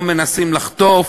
לא מנסים לחטוף,